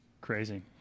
crazy